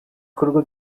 bikorwa